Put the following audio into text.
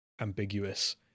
ambiguous